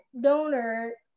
donor